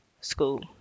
school